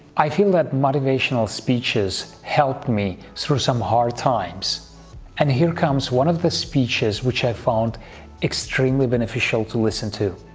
i feel that motivational speeches helped me through some hard times and here comes one of the speeches which i found extremely beneficial to listen to